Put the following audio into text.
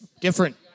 Different